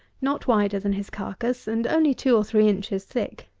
not wider than his carcass, and only two or three inches thick.